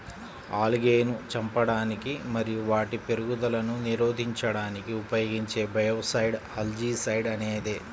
ఆల్గేను చంపడానికి మరియు వాటి పెరుగుదలను నిరోధించడానికి ఉపయోగించే బయోసైడ్ ఆల్జీసైడ్ అనేది